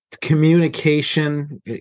communication